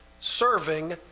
serving